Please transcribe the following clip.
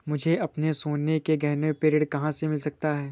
मुझे अपने सोने के गहनों पर ऋण कहाँ से मिल सकता है?